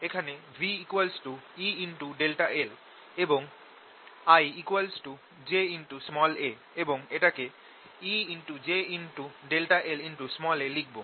এখানে V E∆l এবং I ja এবং এটাকে Ej∆la লিখব